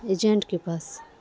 agent کے پاس